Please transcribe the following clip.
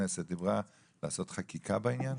הכנסת דיברה על לעשות חקיקה בעניין?